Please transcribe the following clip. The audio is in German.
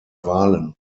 wahlen